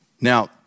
Now